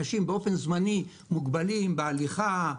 אנשים באופן זמני מוגבלים בהליכה,